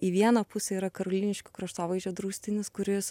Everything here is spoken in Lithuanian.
į vieną pusę yra karoliniškių kraštovaizdžio draustinis kuris